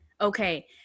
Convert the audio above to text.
Okay